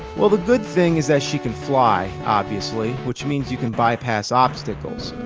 well the good thing is that she can fly, obviously, which means you can bypass obstacles.